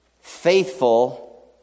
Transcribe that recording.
faithful